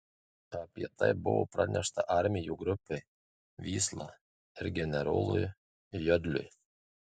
apie tai buvo pranešta armijų grupei vysla ir generolui jodliui